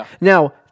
now